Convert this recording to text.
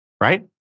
right